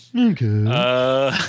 Okay